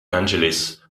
angelis